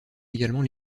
également